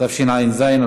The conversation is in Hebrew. התשע"ז 2017,